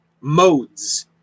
Modes